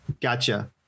Gotcha